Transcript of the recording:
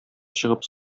чыгып